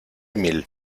mil